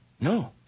No